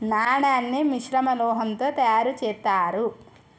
నాణాన్ని మిశ్రమ లోహంతో తయారు చేత్తారు